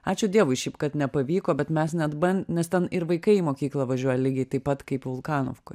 ačiū dievui šiaip kad nepavyko bet mes net ban nes ten ir vaikai į mokyklą važiuoja lygiai taip pat kaip vulkanovkoj